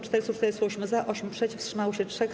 448 - za, 8 - przeciw, wstrzymało się 3.